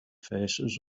faces